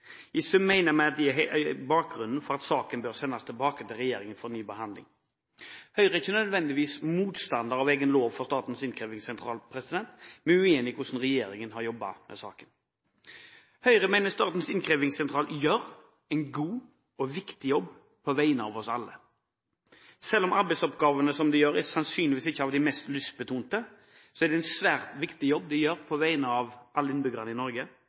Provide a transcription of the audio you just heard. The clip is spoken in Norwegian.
I sum mener vi at hele saken bør sendes tilbake til regjeringen for ny behandling. Høyre er ikke nødvendigvis motstander av en egen lov for Statens innkrevingssentral. Vi er uenig i hvordan regjeringen har jobbet med saken. Høyre mener at Statens innkrevingssentral gjør en god og viktig jobb på vegne av oss alle. Selv om arbeidsoppgavene sannsynligvis ikke er av de mest lystbetonte, er det en svært viktig jobb som gjøres på vegne av alle innbyggere i Norge